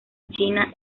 china